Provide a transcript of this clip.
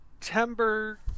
September